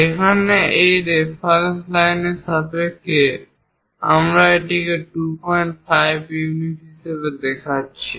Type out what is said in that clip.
এখানে এই রেফারেন্স লাইনের সাপেক্ষে আমরা এটিকে 25 ইউনিট হিসাবে দেখাচ্ছি